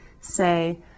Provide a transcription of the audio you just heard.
say